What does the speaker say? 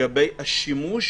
לגבי השימוש